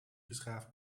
geschaafd